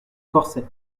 corset